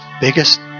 biggest